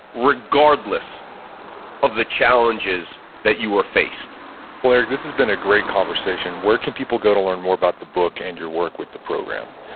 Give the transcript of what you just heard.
regardless of the challenges that you are faced well, eric, this has been a great conversation. where can people go to learn more about the book and your work with the program?